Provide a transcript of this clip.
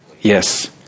Yes